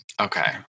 okay